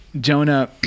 Jonah